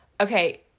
Okay